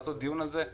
לעשות דיון על זה,